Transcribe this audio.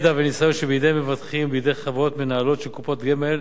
הידע והניסיון שבידי מבטחים ובידי חברות מנהלות של קופות גמל.